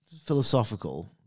philosophical